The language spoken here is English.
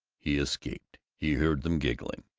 he escaped. he heard them giggling.